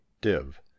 Div